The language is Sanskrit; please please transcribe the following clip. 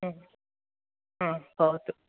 भवतु